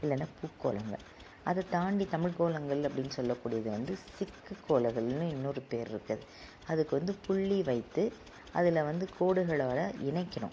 இல்லைனா பூ கோலங்கள் அதை தாண்டி தமிழ் கோலங்கள் அப்படின்னு சொல்லக்கூடியது வந்து சிக்கு கோலங்கள் இன்னொரு பேர் இருக்குது அது அதுக்கு வந்து புள்ளி வைத்து அதில் வந்து கோடுகளோடு இணைக்கணும்